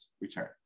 return